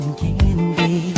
candy